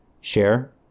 Share